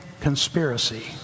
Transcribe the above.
conspiracy